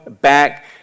back